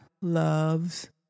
Loves